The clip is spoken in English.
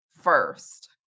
first